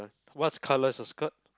what colour is her skirt